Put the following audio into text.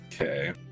Okay